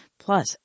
plus